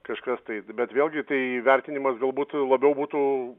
kažkas tai bet vėlgi tai vertinimas galbūt labiau būtų